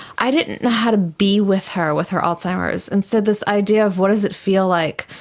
i didn't know how to be with her with her alzheimer's. and so this idea of what is it feel like,